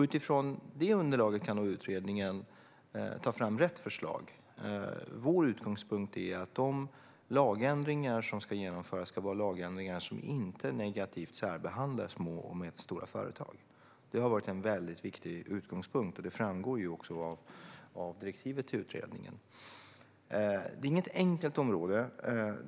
Utifrån det underlaget kan utredningen ta fram rätt förslag. Vår utgångspunkt är att de lagändringar som ska genomföras ska vara lagändringar som inte negativt särbehandlar små och medelstora företag. Det har varit en viktig utgångspunkt, och det framgår också av direktivet till utredningen. Det är inget enkelt område.